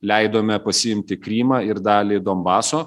leidome pasiimti krymą ir dalį donbaso